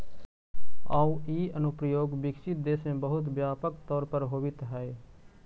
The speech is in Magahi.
आउ इ अनुप्रयोग विकसित देश में बहुत व्यापक तौर पर होवित हइ